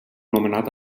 nomenat